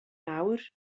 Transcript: nawr